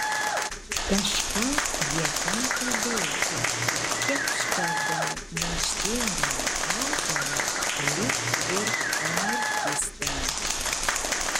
kažką jie ten kalbėjo kepšteldami maištingąją autorę lyg ir anarchistę